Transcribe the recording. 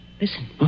Listen